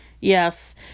Yes